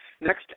Next